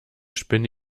spinne